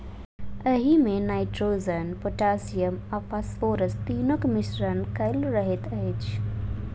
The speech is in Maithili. एहिमे नाइट्रोजन, पोटासियम आ फास्फोरस तीनूक मिश्रण कएल रहैत अछि